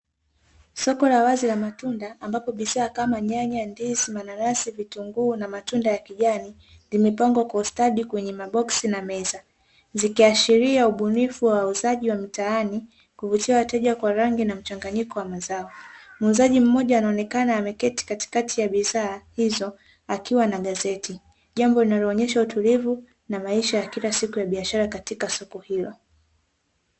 Soko la wazi la matunda ambapo bidhaa kama ndizi, nyanya, mananasi, vitunguu na matunda ya kijani, vimepangwa kwa ustadi kwenye maboksi na meza, zikiashiria ubunifu wa wauzaji wa mtaani, kuvutia wateja kwa rangi na mchanganyiko wa mazao, muuzaji mmoja anaonekana ameketi katikati ya bidhaa hizo, akiwa na gazeti jambo linaloonyesha utulivu, na maisha ya kilasiku ya biashara katika soko hilo.